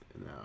No